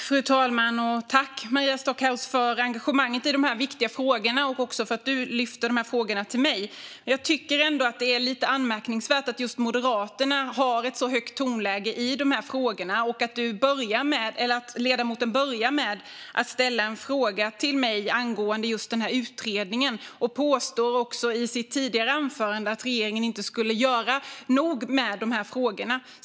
Fru talman! Tack, Maria Stockhaus, för engagemanget i de här viktiga frågorna och för frågorna du ställer till mig! Jag tycker att det är lite anmärkningsvärt att just Moderaterna har ett så högt tonläge i de här frågorna och att ledamoten börjar med att ställa en fråga till mig angående just den här utredningen och också i sitt tidigare anförande påstod att regeringen inte skulle göra nog med de här frågorna.